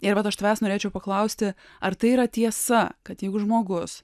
ir vat aš tavęs norėčiau paklausti ar tai yra tiesa kad jeigu žmogus